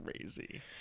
crazy